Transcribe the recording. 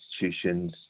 institutions